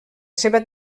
seva